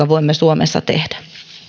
voimme suomessa tehdä